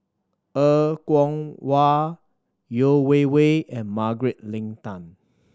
Er Kwong Wah Yeo Wei Wei and Margaret Leng Tan